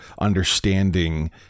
understanding